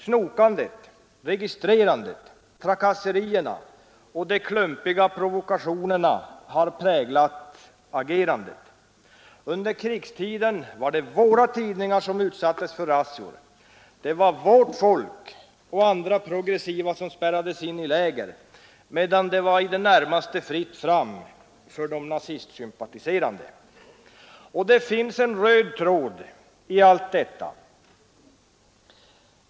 Snokandet, registrerandet, trakasserierna och de klumpiga provokationerna har präglat agerandet. Under krigstiden var det våra tidningar som utsattes för razzior, det var vårt folk och andra progressiva som spärrades in i läger medan det var i det närmaste fritt fram för nazistsympatiserande. Det finns en röd tråd i allt detta.